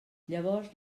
llavors